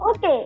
Okay